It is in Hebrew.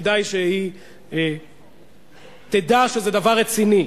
כדאי שהיא תדע שזה דבר רציני,